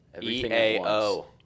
E-A-O